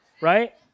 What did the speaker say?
right